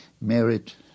merit